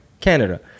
canada